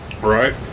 Right